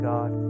God